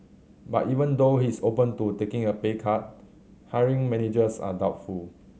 but even though he is open to taking a pay cut hiring managers are doubtful